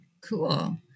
cool